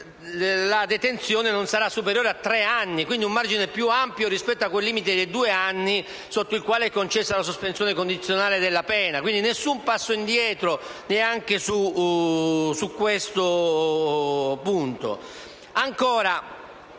la detenzione non sarà superiore a tre anni. Si ha, quindi, un margine più ampio rispetto al limite dei due anni sotto il quale è concessa la sospensione condizionale della pena. Non c'è stato, pertanto, alcun passo indietro, neanche su questo punto. Abbiamo